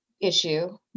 issue